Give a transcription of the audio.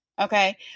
Okay